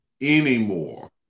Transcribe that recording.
anymore